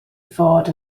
fod